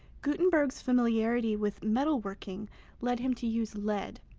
gutenberg's familiarity with metalworking led him to use lead,